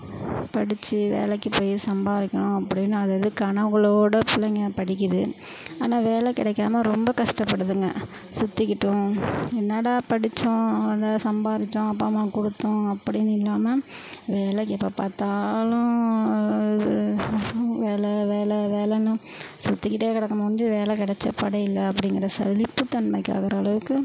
படித்து வேலைக்கு போய் சம்பாதிக்கணும் அப்படின்னு அது அது கனவுகளோட பிள்ளைங்க படிக்குது ஆனால் வேலை கிடைக்காமா ரொம்ப கஷ்டப்படுதுங்க சுற்றிக்கிட்டும் என்னாடா படித்தோம் அது சம்பாதிச்சோம் அப்பா அம்மாவுக்கு கொடுத்தோம் அப்படின்னு இல்லாமல் வேலை எப்போ பார்த்தாலும் வேலை வேலை வேலைன்னு சுற்றிக்கிட்டே கிடக்கமோ ஒழிஞ்சி வேலை கிடச்சப்பாடே இல்லை அப்படிங்கிற சலிப்பு தன்மைக்கு ஆகிற அளவுக்கு